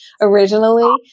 originally